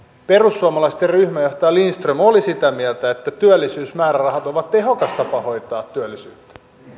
perussuomalaisten ryhmän johtaja lindström oli sitä mieltä että työllisyysmäärärahat ovat tehokas tapa hoitaa työllisyyttä